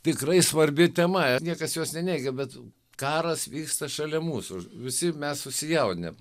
tikrai svarbi tema niekas jos neneigia bet karas vyksta šalia mūsų visi mes susijaudinę